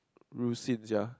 Ru-Xin sia